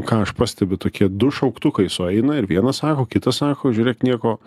ką aš pastebiu tokie du šauktukai sueina ir vienas sako kitas sako žiūrėk nieko